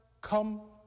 come